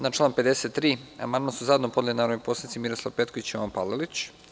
Na član 53. amandman su zajedno podneli narodni poslanici Miroslav Petković i Jovan Palalić.